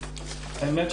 האמת,